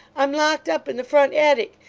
i'm locked up in the front attic,